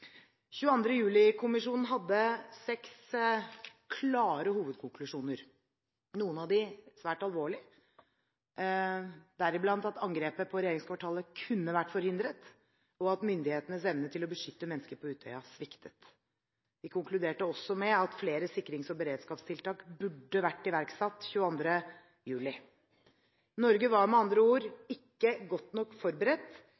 hadde seks klare hovedkonklusjoner. Noen av dem var svært alvorlige, deriblant at angrepet på regjeringskvartalet kunne vært forhindret, og at myndighetenes evne til å beskytte mennesker på Utøya sviktet. De konkluderte også med at flere sikrings- og beredskapstiltak burde vært iverksatt 22. juli. Norge var med andre